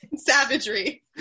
Savagery